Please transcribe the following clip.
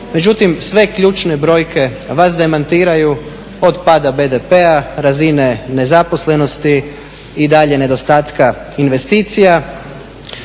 Međutim, sve ključne brojke vas demantiraju, od pada BDP-a, razine nezaposlenosti i dalje nedostatka investicija.